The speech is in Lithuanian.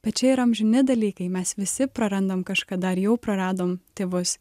bet čia yra amžini dalykai mes visi prarandam kažkada ar jau praradom tėvus